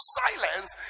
silence